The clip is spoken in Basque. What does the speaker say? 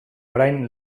orain